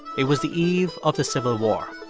it was the eve of the civil war.